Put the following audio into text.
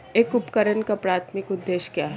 एक उपकरण का प्राथमिक उद्देश्य क्या है?